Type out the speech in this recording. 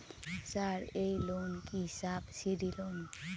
Sir এই loan কি subsidy loan?